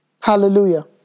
Hallelujah